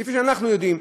כפי שאנחנו יודעים.